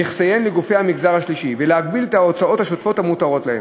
נכסיהן לגופי המגזר השלישי ולהגביל את ההוצאות השוטפות המותרות להן.